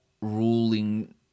ruling